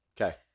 Okay